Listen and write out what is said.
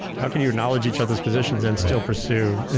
how can you acknowledge each other's positions and still pursue.